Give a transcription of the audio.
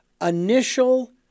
initial